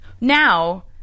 now